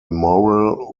moral